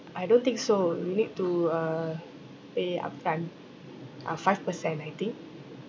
I don't think so you need to uh pay upfront uh five percent I think